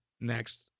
next